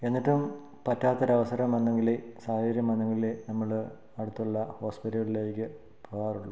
എന്നിട്ടും പറ്റാത്ത ഒരു അവസരം വന്നെങ്കിലെ സാഹചര്യം വന്നെങ്കിലെ നമ്മൾ അടുത്തുള്ള ഹോസ്പിറ്റലിലേക്ക് പോകാറുള്ളൂ